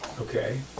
Okay